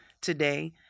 today